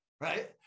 right